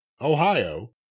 Ohio